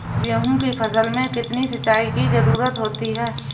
गेहूँ की फसल में कितनी सिंचाई की जरूरत होती है?